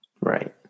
right